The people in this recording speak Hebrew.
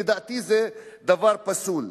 לדעתי זה דבר פסול.